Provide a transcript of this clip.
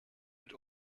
mit